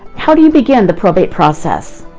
how do you begin the probate process?